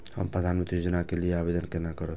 हम प्रधानमंत्री योजना के लिये आवेदन केना करब?